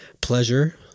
pleasure